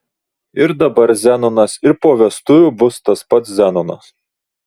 ir dabar zenonas ir po vestuvių bus tas pats zenonas